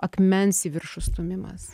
akmens į viršų stūmimas